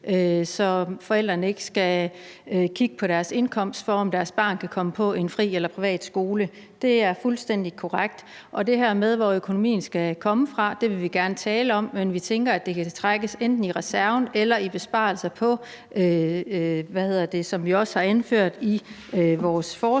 så forældrene ikke skal kigge på deres indkomst for at se, om deres barn kan komme på en fri eller privat skole. Det er fuldstændig korrekt. Det her med, hvor økonomien skal komme fra, vil vi gerne tale om, men vi tænker, at det kan trækkes enten fra reserven eller fra besparelser, som vi også har indført i vores forslag,